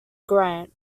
grant